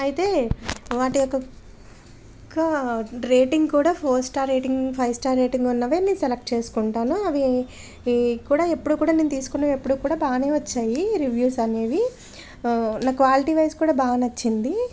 అయితే వాటి యొక్క రేటింగ్ కూడా four star rating five star rating ఉన్నవే నేను సెలెక్ట్ చేసుకుంటాను అవి ఈ కూడా ఎప్పుడు కూడా నేను తీసుకునేవి ఎప్పుడూ కూడా బాగానే వచ్చాయి రివ్యూస్ అనేవి నా క్వాలిటీ వైజ్ కూడా బాగా నచ్చింది